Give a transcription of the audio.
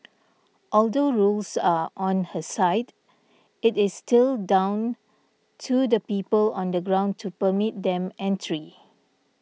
although rules are on her side it is still down to the people on the ground to permit them entry